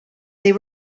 they